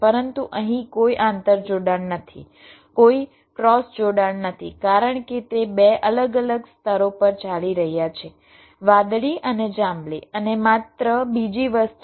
પરંતુ અહીં કોઈ આંતરજોડાણ નથી કોઈ ક્રોસ જોડાણ નથી કારણ કે તે બે અલગ અલગ સ્તરો પર ચાલી રહ્યા છે વાદળી અને જાંબલી અને માત્ર બીજી વસ્તુ